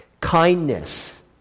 Kindness